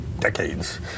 Decades